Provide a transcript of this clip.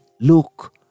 look